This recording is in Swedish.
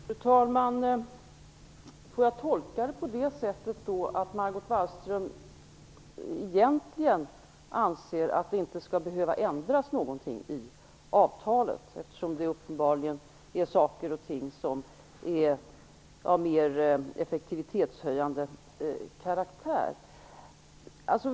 Fru talman! Får jag tolka detta på det sättet att Margot Wallström egentligen anser att inget i avtalet skall behöva ändras, eftersom det uppenbarligen gäller åtgärder av mer effektivitetshöjande karaktär?